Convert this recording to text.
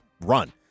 run